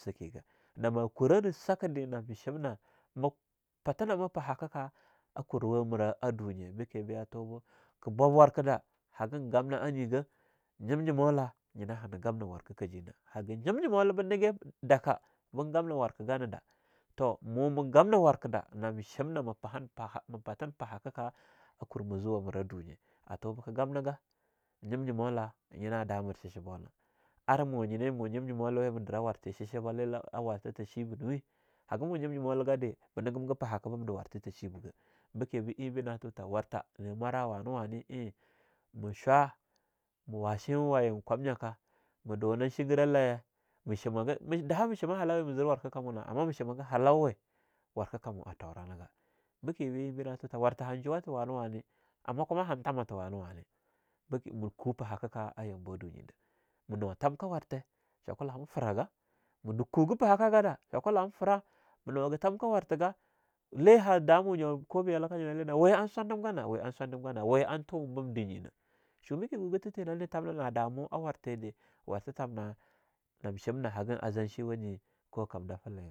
Sakeh gah, nama kura na saki dah nam shimna mah patinama pahakk ka a kuruwa mira ah dunye beke ba a tubu ke bwab war keda hagin gamna a nyi gah, nyimnyimola nyinah hana gamna warka ka jina. Haga nyimnyimola ba nigi daka bin gamna warka ganadah toh muma gamna warka da nam shimna ma pahan paha ma patin pahakaka a kurmazuwa mira dunye. A tubika gamnaga nyimnyimola nyina da mir shishibona. Ar mu nyine mu nyimnyimolawe me dira warte shishibalya a warta ta shibah nuwe? Hagah mu nyimnyimola gade ba nigimga pahaka bim de warta ta shibiga. Bekebu einbe na tuta warta ne mwara wane-wane ein ma shwa ma wa sheinwa waye kwamnyaka, ma dunan shingiralaye, ma shimaga ma daha ma shima halauwe mazir warka kamuna ama ma shimagah halauwe warka kamu a tauranigah. Bekebu einbe na tuta warka han juwaka wane-wane. Ama kuma han tamatha wane-wane, beke, ma ku pahakaka a yambawa dunyi da ma nuwa tamka warta, shokula ham fragah, ma, na kuga pahakah gada, shokula ham frah, ma nuwagah tamka warkaga. Le ha damu nyo kobi yalaka nyina na we an sondimgana, we an sondimgana, we an tuwum bim dinyina shumaki gugutha na tee nane tamna na damu a warte de warta tamna nam shimna hagan azanciwa nyi ko kamda felenga.